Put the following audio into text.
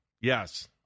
Yes